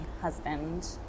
husband